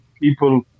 people